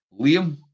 Liam